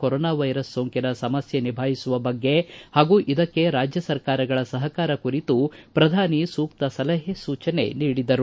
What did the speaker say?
corona virus ಸೋಂಕಿನ ಸಮಸ್ಯೆ ನಿಭಾಯಿಸುವ ಬಗ್ಗೆ ಹಾಗೂ ಇದಕ್ಕೆ ರಾಜ್ಯ ಸರ್ಕಾರಗಳ ಸಹಕಾರ ಕುರಿತು ಪ್ರಧಾನಿ ಸೂಕ್ತ ಸಲಹೆ ಸೂಚನೆ ನೀಡಿದರು